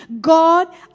God